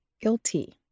guilty